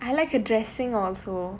I like her dressing also